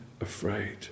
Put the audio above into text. afraid